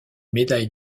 médailles